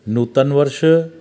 नूतन वर्ष